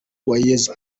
uwayezu